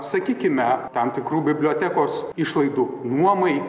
sakykime tam tikrų bibliotekos išlaidų nuomai